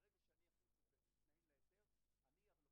עדיין בחוק המספרים הקטנים אנחנו לא